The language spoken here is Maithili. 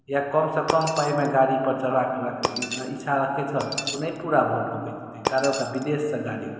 या कमसँ कम पाइमे गाड़ीपर चढ़बाक इच्छा रखैत छल ओ नहि पूरा भऽ पबैत छल कारण ओकरा विदेशसँ गाड़ी